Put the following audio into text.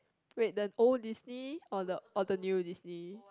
wait the old Disney or the or the new Disney